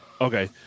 okay